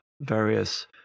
various